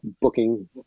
booking